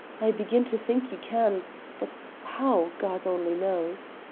i begin to think you can but how, god only knows.